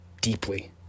deeply